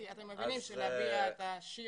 אנחנו נשמח לשמוע אתכם.